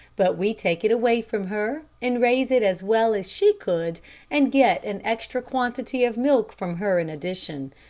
but we take it away from her, and raise it as well as she could and get an extra quantity of milk from her in addition.